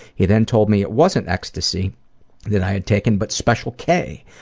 he then told me it wasn't ecstasy that i had taken, but special k.